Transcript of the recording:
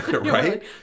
Right